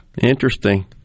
Interesting